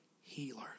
healer